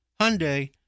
Hyundai